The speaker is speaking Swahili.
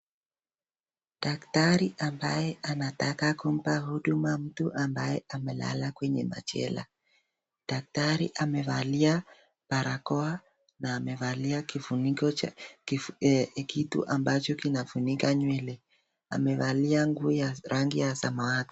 Daktari ambaye anataka kumpa mtu huduma ambaye amelala kwenye machela. Daktari amevalia barakoa na amevalia kifuniko, kitu ambacho kinafunika nywele. Amevalia nguo ya rangi ya samawati.